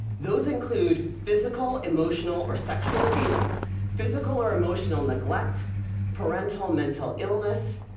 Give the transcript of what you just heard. those include physical, emotional, or sexual abuse physical or emotional neglect parental mental illness,